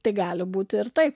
tai gali būti ir taip